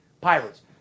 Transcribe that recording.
Pirates